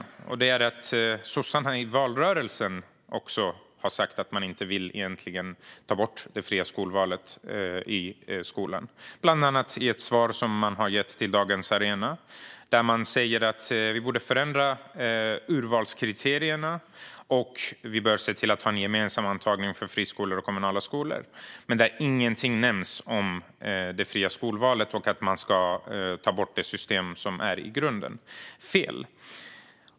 Sossarna sa också i valrörelsen att man egentligen inte vill ta bort det fria skolvalet. Bland annat i ett svar till Dagens Arena sa man att vi borde förändra urvalskriterierna och se till att ha en gemensam antagning för friskolor och kommunala skolor. Men man nämnde inte det fria skolvalet eller att ta bort det system som är i grunden fel.